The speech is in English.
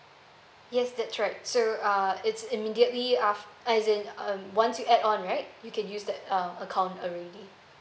yes that's right so err it's immediately af~ as in um once you add on right you can use that uh account already